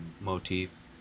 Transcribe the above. motif